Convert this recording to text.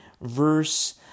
verse